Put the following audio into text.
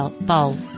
bowl